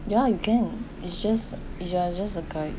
ya you can it's just ya it's just a guide